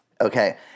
Okay